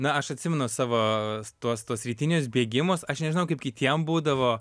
na aš atsimenu savo tuos tuos rytinius bėgimus aš nežinau kaip kitiem būdavo